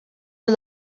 are